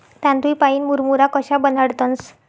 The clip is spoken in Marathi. तांदूय पाईन मुरमुरा कशा बनाडतंस?